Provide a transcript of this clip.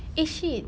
eh shit